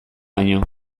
baino